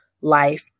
life